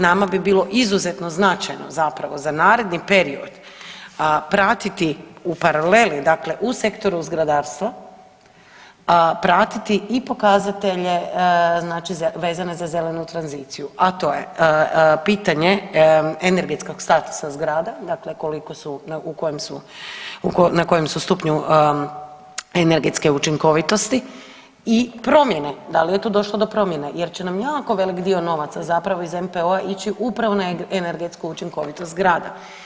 Nama bi bilo izuzetno značajno zapravo za naredni period pratiti u paraleli, dakle u sektoru zgradarstvo pratiti i pokazatelje znači vezane za zelenu tranziciju, a to je pitanje energetskog statusa zgrada, dakle koliko su, u kojem su, na kojem su stupnju energetske učinkovitosti i promjene, da li je tu došlo do promjena jer će nam jako velik dio novaca zapravo iz NPOO-a ići upravo na energetsku učinkovitost zgrada.